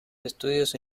estudios